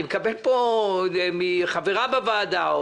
אני מקבל פה מחברה בוועדה,